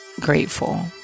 grateful